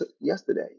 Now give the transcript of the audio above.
yesterday